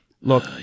Look